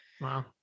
Wow